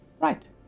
Right